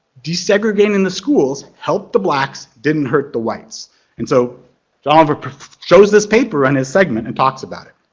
desegregating and the schools helped the blacks, didn't hurt the whites and so john oliver shows this paper on his segment and talks about it.